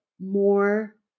more